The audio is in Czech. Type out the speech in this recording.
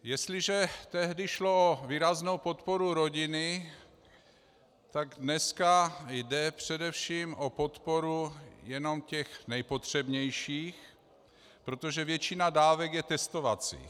Jestliže tehdy šlo o výraznou podporu rodiny, tak dneska jde především o podporu jenom těch nejpotřebnějších, protože většina dávek je testovacích.